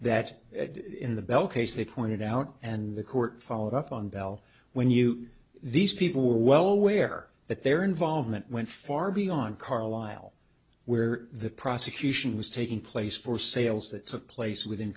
that in the bell case they pointed out and the court followed up on bell when you these people were well aware that their involvement went far beyond carlisle where the prosecution was taking place for sales that took place within